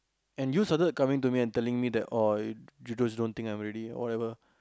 and you started coming to me and telling me that oh you just don't think I'm ready or whatever